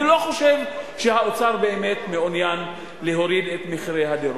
אני לא חושב שהאוצר באמת מעוניין להוריד את מחירי הדירות.